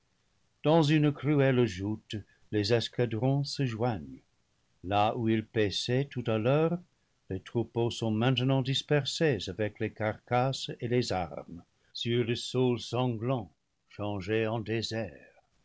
dans une cruelle joute les escadrons se joignent là où ils paissaient tout à l'heure les troupeaux sont maintenant dispersés avec les carcasses et les armes sur le sol sanglant changé en désert